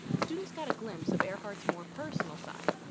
students got a glimpse of earhart's more personal side.